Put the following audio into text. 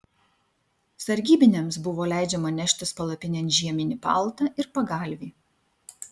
sargybiniams buvo leidžiama neštis palapinėn žieminį paltą ir pagalvį